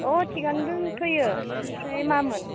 अ थिगानो दोंथोयो ओमफ्राय मामोन